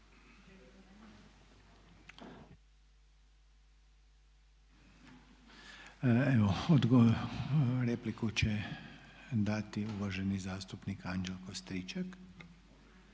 Evo repliku će dati uvaženi zastupnik Anđelko Stričak.